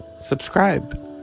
Subscribe